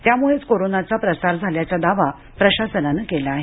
त्यामुळंच कोरोनाचा प्रसार झाल्याचा दावा प्रशासनानं केला आहे